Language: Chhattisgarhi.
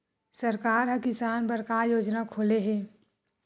सरकार ह किसान बर का योजना खोले हे?